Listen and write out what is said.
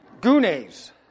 gunes